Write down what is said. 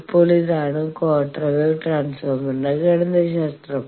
ഇപ്പോൾ ഇതാണ് quarter wave ട്രാൻസ്ഫോർമറിന്റെ ഗണിതശാസ്ത്രം